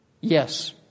Yes